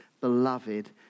beloved